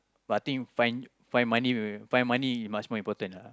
but I think find find money maybe find money it's much more important lah